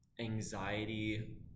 anxiety